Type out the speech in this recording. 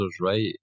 right